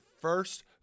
first